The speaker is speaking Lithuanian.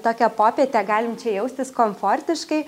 tokią popietę galim čia jaustis komfortiškai